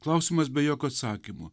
klausimas be jokio atsakymo